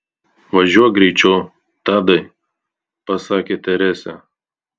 važiuok greičiau tadai pasakė teresė